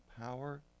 power